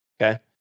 okay